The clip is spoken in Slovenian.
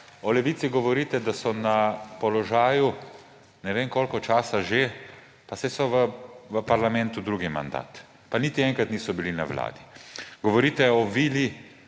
O Levici govorite, da so na položaju ne vem koliko časa že. Pa saj so v parlamentu drugi mandat. Pa niti enkrat niso bili na vladi. Govorite o vili,